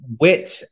wit